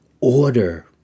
order